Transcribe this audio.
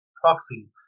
proxy